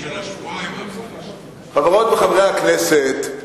חברות וחברי הכנסת,